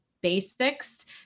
basics